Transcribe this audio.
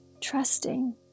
Trusting